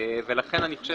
לכן אני חושב